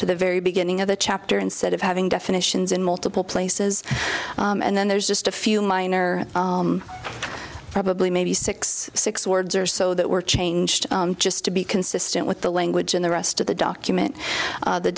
to the very beginning of the chapter instead of having definitions in multiple places and then there's just a few minor probably maybe six six words or so that were changed just to be consistent with the language in the rest of the document